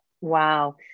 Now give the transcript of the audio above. wow